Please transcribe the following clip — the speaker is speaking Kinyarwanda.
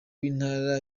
w’intara